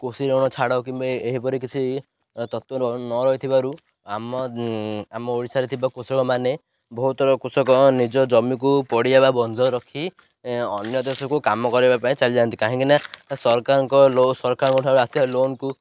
କୃଷି ଋଣ ଛାଡ଼ କିମ୍ବା ଏହିପରି କିଛି ତତ୍ଵ ନ ରହିଥିବାରୁ ଆମ ଆମ ଓଡ଼ିଶାରେ ଥିବା କୃଷକମାନେ ବହୁତର କୃଷକ ନିଜ ଜମିକୁ ପଡ଼ିଆ ବା ବନ୍ଧ ରଖି ଅନ୍ୟ ଦେଶକୁ କାମ କରିବା ପାଇଁ ଚାଲିଯାଆନ୍ତି କାହିଁକି ନା ସରକାରଙ୍କ ସରକାରଙ୍କ ଠାରୁ ଆସବା ଲୋନ୍କୁ